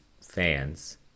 fans